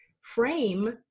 frame